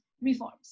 reforms